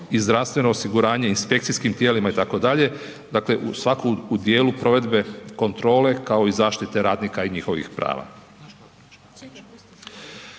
i zdravstveno osiguranje, inspekcijskim tijelima, itd., dakle svako u dijelu provedbe kontrole kao i zaštite radnika i njihovih prava.